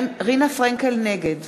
נגד